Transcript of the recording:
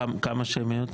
כמה שמיות?